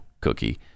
cookie